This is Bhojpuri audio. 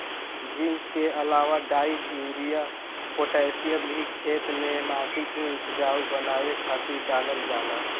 जिंक के अलावा डाई, यूरिया, पोटैशियम भी खेते में माटी के उपजाऊ बनावे खातिर डालल जाला